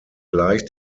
gleich